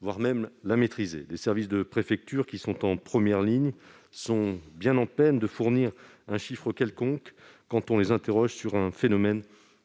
voire à la maîtriser. Les services de préfecture, qui sont en première ligne, sont bien en peine de fournir un chiffre quelconque quand on les interroge sur un phénomène